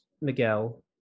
Miguel